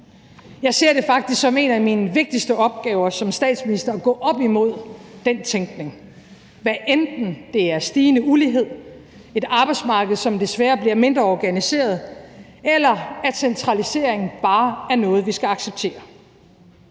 Jeg ser det faktisk som en af mine vigtigste opgaver som statsminister at gå op imod den tænkning, hvad enten det er stigende ulighed, et arbejdsmarked, som desværre bliver mindre organiseret, eller at centralisering bare er noget, vi skal acceptere.